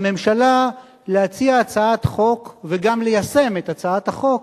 לממשלה להציע הצעת חוק וגם ליישם את הצעת החוק,